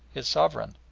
his sovereign.